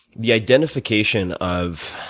the identification of